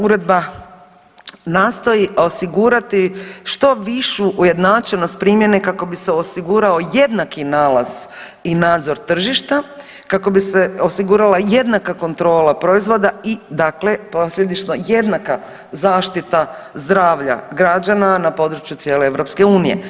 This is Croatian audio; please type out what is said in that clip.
Uredba nastoji osigurati što višu ujednačenost primjene kako bi se osigurao jednaki nalaz i nadzor tržišta, kako bi se osigurala jednaka kontrola proizvoda i dakle posljedično jednaka zaštita zdravlja građana na području cijele EU.